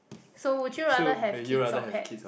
so would you rather have kids or pet